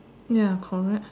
ya correct